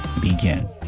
begin